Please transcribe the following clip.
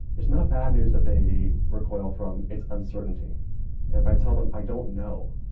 it's not bad news that they recoil from. it's uncertainty. and if i tell them i don't know.